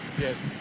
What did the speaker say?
Yes